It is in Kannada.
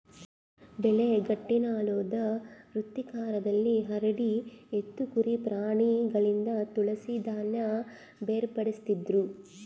ಬೆಳೆ ಗಟ್ಟಿನೆಲುದ್ ವೃತ್ತಾಕಾರದಲ್ಲಿ ಹರಡಿ ಎತ್ತು ಕುರಿ ಪ್ರಾಣಿಗಳಿಂದ ತುಳಿಸಿ ಧಾನ್ಯ ಬೇರ್ಪಡಿಸ್ತಿದ್ರು